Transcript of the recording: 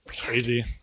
crazy